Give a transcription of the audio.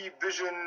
vision